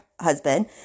husband